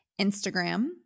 Instagram